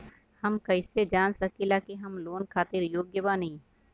हम कईसे जान सकिला कि हम लोन खातिर योग्य बानी?